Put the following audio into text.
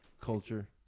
culture